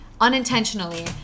unintentionally